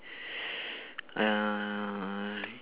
uh